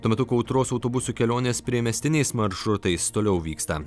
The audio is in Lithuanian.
tuo metu kautros autobusu kelionės priemiestiniais maršrutais toliau vyksta